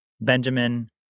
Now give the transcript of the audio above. Benjamin